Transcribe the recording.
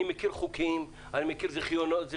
אני מכיר חוקים, אני מכיר זיכיונות.